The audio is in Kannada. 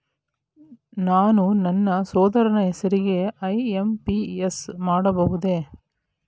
ನಾನು ನನ್ನ ಸಹೋದರನ ಹೆಸರಿಗೆ ಐ.ಎಂ.ಪಿ.ಎಸ್ ಮಾಡಬಹುದೇ?